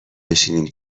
بشنیم